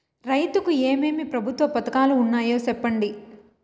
రైతుకు ఏమేమి ప్రభుత్వ పథకాలు ఉన్నాయో సెప్పండి?